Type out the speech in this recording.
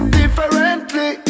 differently